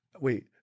wait